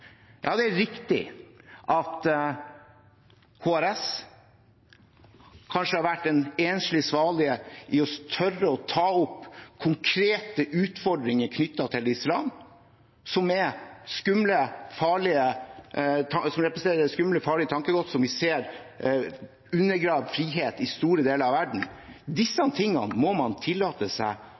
Ja, det er riktig at Human Rights Service kanskje har vært en enslig svale i det å tørre å ta opp konkrete utfordringer knyttet til islam som representerer skumle, farlige tankegods, som vi ser undergraver frihet i store deler av verden. Dette må man tillate seg